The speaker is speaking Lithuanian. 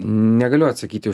negaliu atsakyti